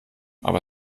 aber